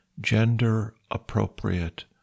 gender-appropriate